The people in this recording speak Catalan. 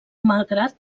malgrat